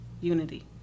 unity